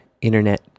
internet